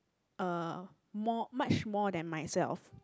uh more much more than myself